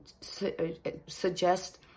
suggest